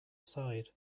side